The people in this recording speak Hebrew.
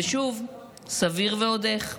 ושוב, סביר ועוד איך,